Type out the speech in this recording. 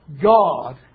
God